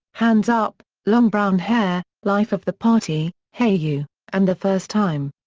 hands up, long brown hair, life of the party, hey you and the first time.